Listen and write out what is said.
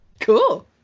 Cool